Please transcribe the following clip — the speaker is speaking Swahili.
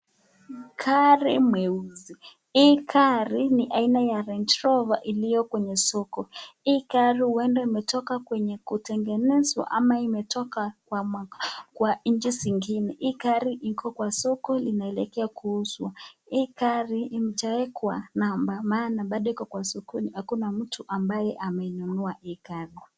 Gari mweusi. Hii gari ni aina ya [range rover] ilio kwenye soko. Hii gari huenda imetoka kwenye kutengenezwa ama imetoka kwa nchi zingine. Hii gari iko kwa soko inaelekea kuuzwa. Hii gari haijawekwa namba maana bado iko kwa sokoni hakuna mtu ambaye ameinunua hii gari.